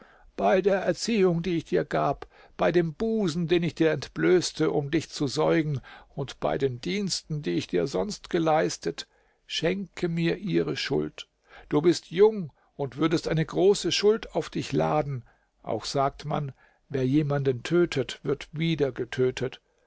bei der erziehung die ich dir gab bei dem busen den ich dir entblößte um dich zu säugen und bei den diensten die ich dir sonst geleistet schenke mir ihre schuld du bist jung und würdest eine große schuld auf dich laden auch sagt man wer jemanden tötet wird wieder getötet